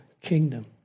kingdom